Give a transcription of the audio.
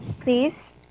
please